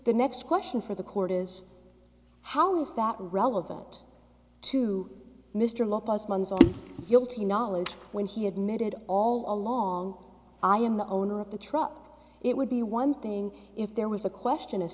the next question for the court is how is that relevant to mister guilty knowledge when he admitted all along i am the owner of the truck it would be one thing if there was a question as